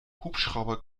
hubschrauber